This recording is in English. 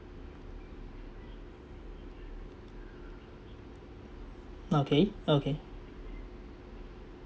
okay okay